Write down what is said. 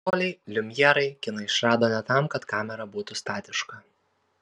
broliai liumjerai kiną išrado ne tam kad kamera būtų statiška